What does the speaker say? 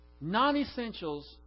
non-essentials